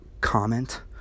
comment